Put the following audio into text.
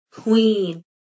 queen